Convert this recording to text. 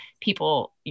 people